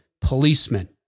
policemen